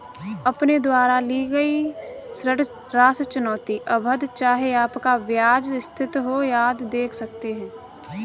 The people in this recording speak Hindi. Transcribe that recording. अपने द्वारा ली गई ऋण राशि, चुकौती अवधि, चाहे आपका ब्याज स्थिर हो, आदि देख सकते हैं